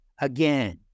again